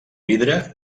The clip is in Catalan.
vidre